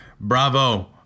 bravo